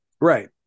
Right